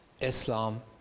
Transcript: Islam